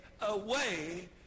away